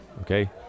Okay